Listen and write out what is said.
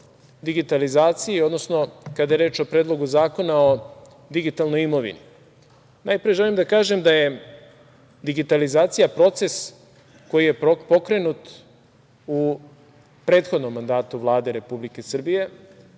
digitalizaciji, odnosno kada je reč o Predlogu zakona o digitalnoj imovini, najpre želim da kažem da je digitalizacija proces koji je pokrenut u prethodnom mandatu Vlade Republike Srbije,